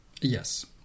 Yes